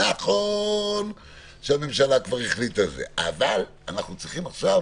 נכון שהממשלה כבר החליטה, אבל אנחנו צריכים עכשיו